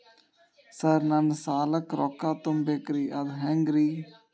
Sir ನನ್ನ ಸಾಲಕ್ಕ ರೊಕ್ಕ ತುಂಬೇಕ್ರಿ ಅದು ಹೆಂಗ್ರಿ?